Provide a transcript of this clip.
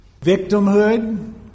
Victimhood